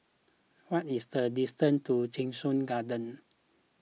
what is the distance to Cheng Soon Garden